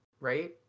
right